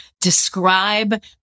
describe